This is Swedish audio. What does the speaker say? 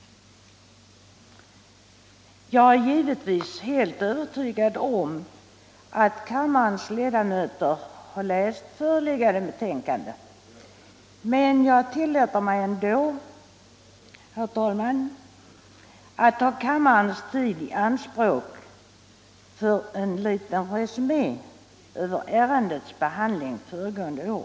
Jag är givetvis helt övertygad om att kammarens ledamöter har läst betänkandet, men jag tillåter mig ändå, herr talman, att ta kammarens tid i anspråk för en liten resumé över ärendets behandling föregående år.